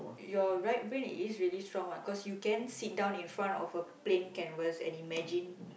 your right brain is really strong what cause you can sit down in front of a plane canvas and imagine